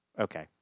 okay